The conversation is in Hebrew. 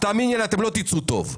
תאמיני לי שאתם לא תצאו טוב.